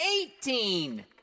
eighteen